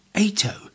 ATO